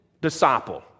disciple